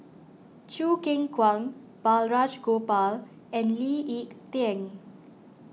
Choo Keng Kwang Balraj Gopal and Lee Ek Tieng